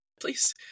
please